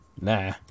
nah